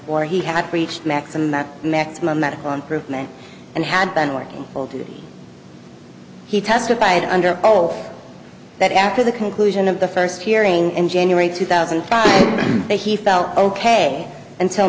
four he had reached maximum at maximum medical improvement and had been working full duty he testified under oath that after the conclusion of the first hearing in january two thousand and five that he felt ok until